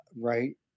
right